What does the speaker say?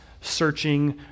searching